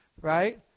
right